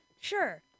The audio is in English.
Sure